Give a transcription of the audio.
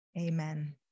Amen